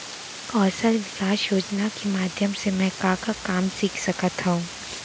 कौशल विकास योजना के माधयम से मैं का का काम सीख सकत हव?